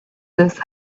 this